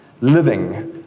living